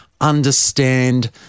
understand